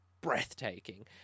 breathtaking